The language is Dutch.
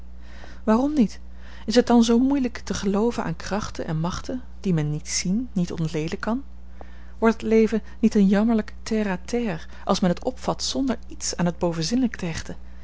waarom niet is het dan zoo moeielijk te gelooven aan krachten en machten die men niet zien niet ontleden kan wordt het leven niet een jammerlijk terre à terre als men het opvat zonder iets aan t